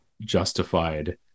justified